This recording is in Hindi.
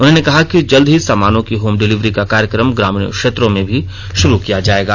उन्होंने कहा कि जल्द ही सामानों की होम डिलीवरी का कार्यक्रम ग्रामीण क्षेत्रों में भी शुरू किया जाएगा